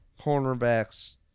cornerbacks